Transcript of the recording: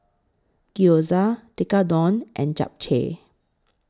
Gyoza Tekkadon and Japchae